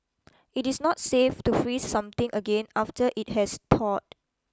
it is not safe to freeze something again after it has thawed